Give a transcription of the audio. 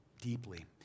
deeply